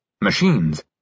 Machines